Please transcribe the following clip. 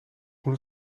moet